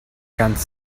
ganz